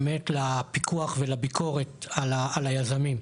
באמת, לפיקוח ולביקורת על היזמים,